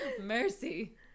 Mercy